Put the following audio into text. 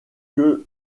que